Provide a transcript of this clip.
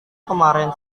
kemarin